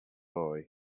boy